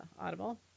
Audible